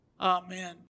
Amen